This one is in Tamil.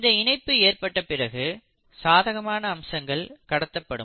இந்த இணைப்பு ஏற்பட்ட பிறகு சாதகமான அம்சங்கள் கடத்தப்படும்